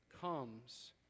comes